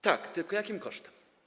Tak, tylko jakim kosztem?